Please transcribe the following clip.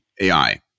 AI